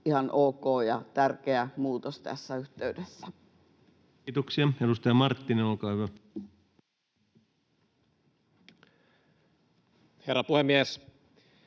ihan ok ja tärkeä muutos tässä yhteydessä. Kiitoksia. — Edustaja Marttinen, olkaa hyvä. Herra puhemies!